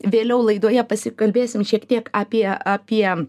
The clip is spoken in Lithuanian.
vėliau laidoje pasikalbėsim šiek tiek apie apie